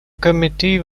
committee